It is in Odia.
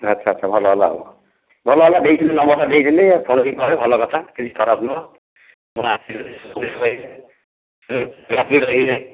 ଆଚ୍ଛା ଆଚ୍ଛା ଭଲ ହେଲା ଆଉ ଭଲ ହେଲା ଦେଇଥିଲି ନମ୍ବରଟା ଦେଇଥିଲି ଫୋନ କଲେ ଭଲ କଥା କିଛି ଖରାପ ନୁହେଁ ମୁଁ